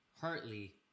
Hartley